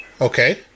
Okay